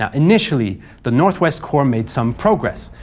um initially the northwest corps made some progress,